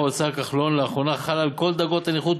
האוצר לאחרונה חל על כל דרגות הנכות,